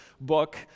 book